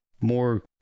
more